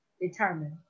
determined